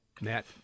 Matt